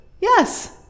Yes